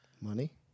Money